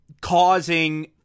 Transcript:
causing